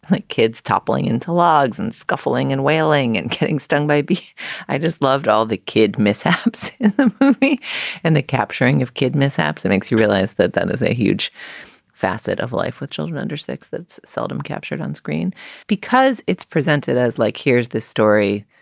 like kids toppling into logs and scuffling and wailing and kicking stunned baby i just loved all the kid mishaps in the movie and the capturing of kid mishaps makes you realize that that is a huge facet of life with children under six that's seldom captured on screen because it's presented as like here's this story.